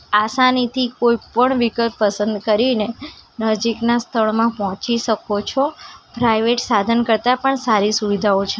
આસાનીથી કોઈપણ વિકલ્પ પસંદ કરીને નજીકનાં સ્થળમાં પહોંચી શકો છો પ્રાઇવેટ સાધન કરતાં પણ સારી સુવિધાઓ છે